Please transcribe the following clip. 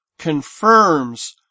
confirms